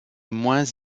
moins